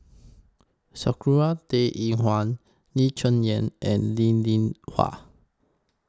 Sakura Teng Ying Hua Lee Cheng Yan and Linn in Hua